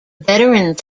veterans